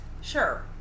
Sure